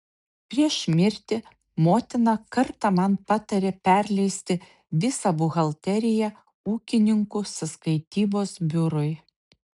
prieš mirtį motina kartą man patarė perleisti visą buhalteriją ūkininkų sąskaitybos biurui